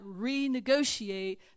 renegotiate